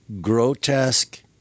grotesque